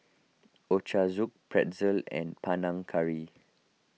Ochazuke Pretzel and Panang Curry